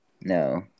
No